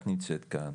את נמצאת כאן,